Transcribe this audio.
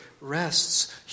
rests